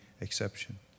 exception